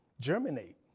germinate